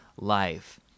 life